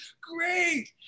great